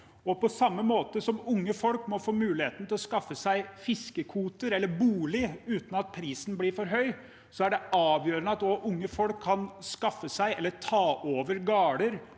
På samme måte som unge folk må få muligheten til å skaffe seg fiskekvoter eller bolig uten at prisen blir for høy, er det avgjørende at unge folk kan skaffe seg